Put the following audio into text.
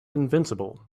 invincible